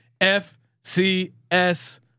FCS